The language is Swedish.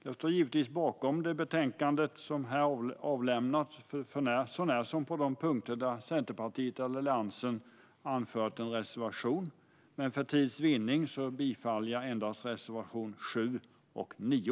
Jag står givetvis bakom det betänkande som här avlämnats, så när som på de punkter där Centerpartiet eller Alliansen anfört en reservation, men för tids vinnande yrkar jag bifall endast till reservationerna 7 och 9.